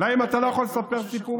להם אתה לא יכול לספר סיפורים.